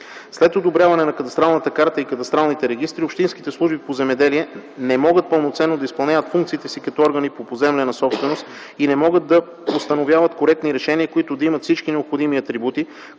След одобряване на кадастралната карта и кадастралните регистри общинските служби по земеделие не могат пълноценно да изпълняват функциите си като органи по поземлена собственост и не могат да постановяват коректни решения, които да имат всички необходими атрибути,